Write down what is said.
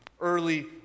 early